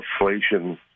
Inflation